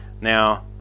now